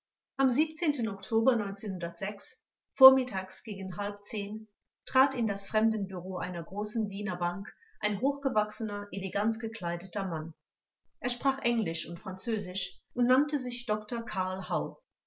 am oktober vormittags gegen halb trat in das fremdenbureau einer großen wiener bank ein hochgewachsener elegant gekleideter mann er sprach englisch und französisch und nannte sich dr karl